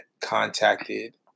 contacted